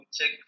check